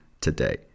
today